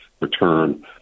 return